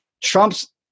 Trump's